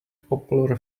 popular